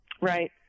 Right